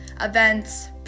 events